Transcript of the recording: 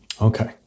Okay